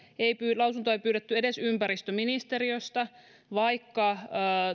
ja lausuntoa ei pyydetty edes ympäristöministeriöstä vaikka